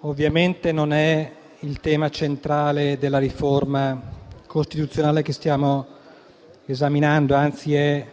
ovviamente non è quello centrale della riforma costituzionale che stiamo esaminando. Anzi, è